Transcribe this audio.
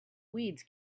weeds